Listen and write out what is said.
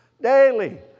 daily